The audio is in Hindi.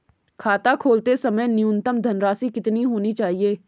खाता खोलते समय न्यूनतम धनराशि कितनी होनी चाहिए?